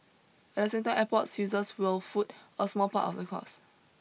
at the same time airports users will foot a small part of the cost